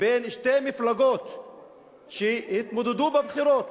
בין שתי מפלגות שהתמודדו בבחירות,